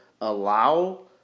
allow